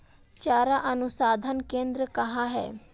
चारा अनुसंधान केंद्र कहाँ है?